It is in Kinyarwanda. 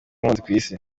y’impunzi